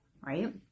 right